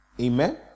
Amen